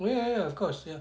ya ya of course